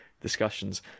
discussions